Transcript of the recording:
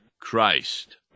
Christ